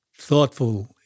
thoughtful